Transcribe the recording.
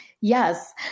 Yes